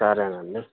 సరే అండి